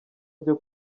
byo